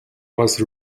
was